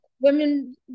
Women